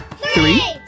three